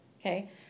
okay